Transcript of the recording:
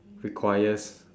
requires